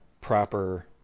proper